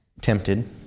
tempted